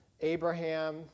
Abraham